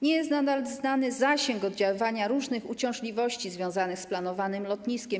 Nie jest nadal znany zasięg oddziaływania różnych uciążliwości związanych z planowanym lotniskiem.